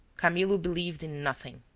camillo believed in nothing.